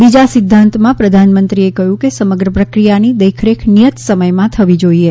બીજા સિધ્ધાંતમાં પ્રધાનમંત્રીએ કહ્યું કે સમગ્ર પ્રક્રિયાની દેખરેખ નિયત સમયમાં થવી જોઇએ